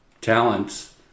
talents